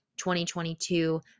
2022